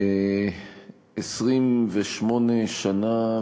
28 שנה,